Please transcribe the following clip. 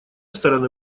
стороны